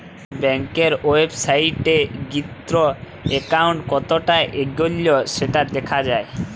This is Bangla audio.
ব্যাংকের ওয়েবসাইটে গিএ একাউন্ট কতটা এগল্য সেটা দ্যাখা যায়